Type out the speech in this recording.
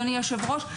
אדוני יושב הראש,